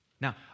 Now